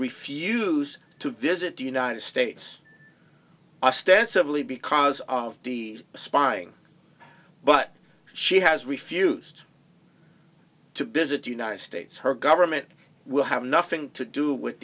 refuse to visit the united states ostensibly because of the spying but she has refused to busy to united states her government will have nothing to do with